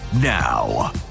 now